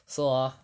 so ah